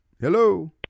Hello